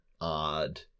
odd